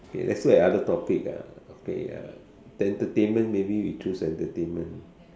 okay let's look at other topic uh okay uh entertainment maybe we choose entertainment